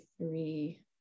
three